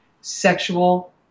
sexual